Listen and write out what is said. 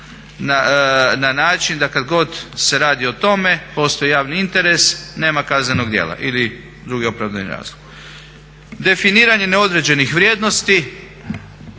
na način kada god se radi o tome postoji javni interes, nema kaznenog djela ili drugi opravdani razlog. Definiranje neodređenih vrijednosti,